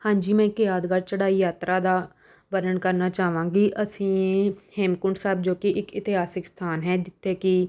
ਹਾਂਜੀ ਮੈਂ ਇੱਕ ਯਾਦਗਾਰ ਚੜ੍ਹਾਈ ਯਾਤਰਾ ਦਾ ਵਰਣਨ ਕਰਨਾ ਚਾਹਵਾਂਗੀ ਅਸੀਂ ਹੇ ਹੇਮਕੁੰਟ ਸਾਹਿਬ ਜੋ ਕਿ ਇੱਕ ਇਤਿਹਾਸਿਕ ਸਥਾਨ ਹੈ ਜਿੱਥੇ ਕਿ